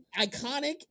iconic